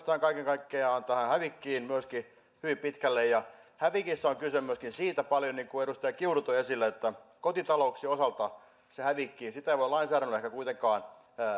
kaiken kaikkiaan hyvin pitkälle myöskin tähän hävikkiin ja hävikissä on paljon kyse myöskin siitä niin kuin edustaja kiuru toi esille että kotitalouksien osalta sitä hävikkiä ei voi lainsäädännöllä ehkä kuitenkaan